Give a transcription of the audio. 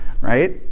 Right